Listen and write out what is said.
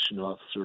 officer